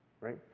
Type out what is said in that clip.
right